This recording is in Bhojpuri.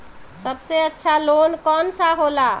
सबसे अच्छा लोन कौन सा होला?